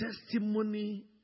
testimony